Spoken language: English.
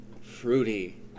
Fruity